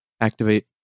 Activate